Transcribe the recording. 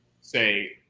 say